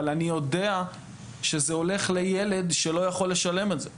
אבל אני יודע שזה הולך לילד שלא יכול לשלם על זה.